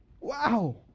Wow